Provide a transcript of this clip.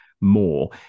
more